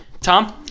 Tom